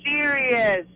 serious